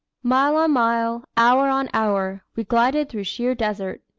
mile on mile, hour on hour, we glided through sheer desert.